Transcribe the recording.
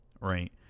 right